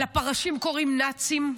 לפרשים קוראים "נאצים",